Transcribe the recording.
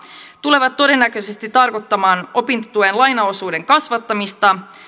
tulevat todennäköisesti tarkoittamaan opintotuen lainaosuuden kasvattamista